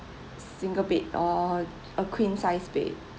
single bed or a queen size bed